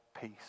peace